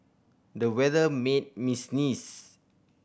the weather made me sneeze